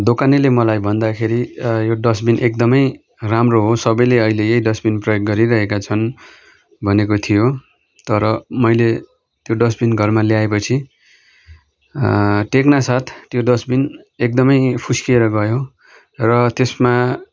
दोकानेले मलाई भन्दाखेरि यो डस्टबिन एकदमै राम्रो हो सबैले अहिले यही डस्टबिन प्रयोग गरिरहेका छन् भनेको थियो तर मैले त्यो डस्टबिन घरमा ल्याए पछि टेक्ना साथ त्यो डस्टबिन एकदमै फुस्किएर गयो र त्यसमा